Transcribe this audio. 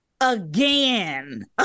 again